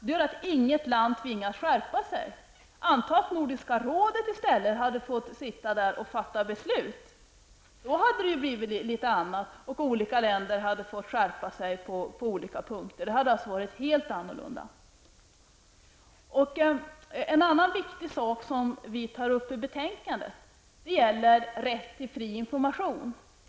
Det gör att inget land tvingas att skärpa sig. Anta att Nordiska rådet i stället fick fatta beslut och de olika nordiska länderna hade måst skärpa sig på olika punkter, då hade det alltså varit helt annorlunda. En annan viktig sak som vi tar upp i betänkandet gäller rätt till fri information.